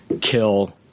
kill